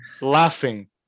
laughing